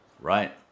right